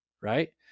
right